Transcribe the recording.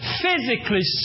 physically